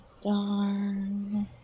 Darn